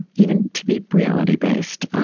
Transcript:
even to be reality-based